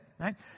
right